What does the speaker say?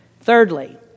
Thirdly